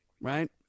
right